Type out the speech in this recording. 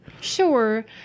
Sure